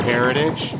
Heritage